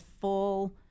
full